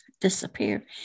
disappear